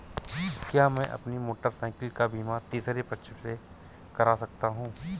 क्या मैं अपनी मोटरसाइकिल का बीमा तीसरे पक्ष से करा सकता हूँ?